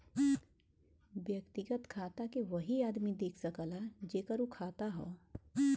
व्यक्तिगत खाता के वही आदमी देख सकला जेकर उ खाता हौ